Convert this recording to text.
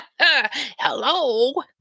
Hello